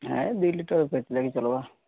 ହେ ଦୁଇ litre petrol ଲେକେ ଚଲବା